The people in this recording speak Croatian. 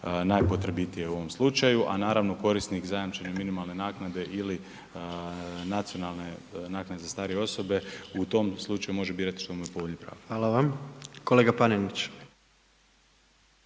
najpotrebitije u ovom slučaju, a naravno korisnik minimalne zajamčene naknade ili nacionalne naknade za starije osobe u tom slučaju može birati što mu je povoljnije pravo. **Jandroković,